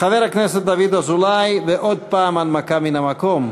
חבר הכנסת דוד אזולאי, עוד הפעם הנמקה מן המקום.